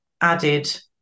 added